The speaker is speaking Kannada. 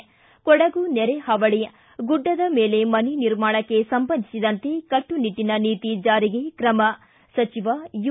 ಿ ಕೊಡಗು ನೆರೆ ಹಾವಳಿ ಗುಡ್ಡದ ಮೇಲೆ ಮನೆ ನಿರ್ಮಾಣಕ್ಕೆ ಸಂಬಂಧಿಸಿದಂತೆ ಕಟ್ಟುನಿಟ್ಟನ ನೀತಿ ಜಾರಿಗೆ ಕ್ರಮ ಸಚಿವ ಯು